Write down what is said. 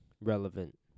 relevant